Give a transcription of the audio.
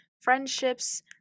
friendships